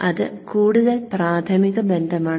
അത് കൂടുതൽ പ്രാഥമിക ബന്ധമാണ്